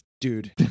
Dude